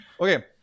Okay